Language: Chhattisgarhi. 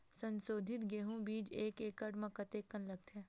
संसोधित गेहूं बीज एक एकड़ म कतेकन लगथे?